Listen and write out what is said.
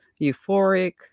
euphoric